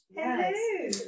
Hello